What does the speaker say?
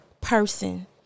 person